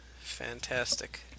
fantastic